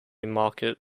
market